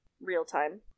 real-time